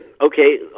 Okay